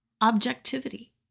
objectivity